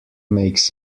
makes